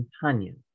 companion